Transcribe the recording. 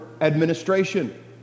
administration